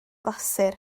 glasur